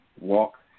walk